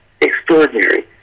extraordinary